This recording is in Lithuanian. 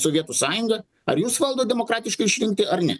sovietų sąjunga ar jūs valdot demokratiškai išrinkti ar ne